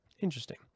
Interesting